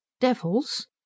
Devils